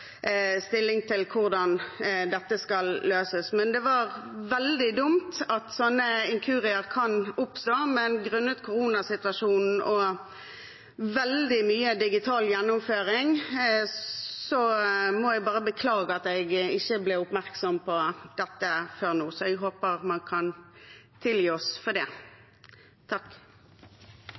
stilling til hvordan dette skal løses. Det er veldig dumt at sånne inkurier kan oppstå, men jeg må bare beklage at grunnet koronasituasjonen og veldig mye digital gjennomføring ble jeg ikke oppmerksom på dette før nå. Så jeg håper man kan tilgi oss for det.